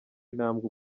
intambwe